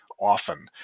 often